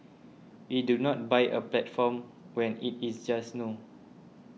we do not buy a platform when it is just new